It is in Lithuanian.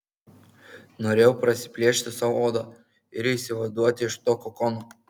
norėjau prasiplėšti sau odą ir išsivaduoti iš to kokono